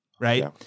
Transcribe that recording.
Right